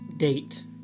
Date